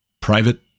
private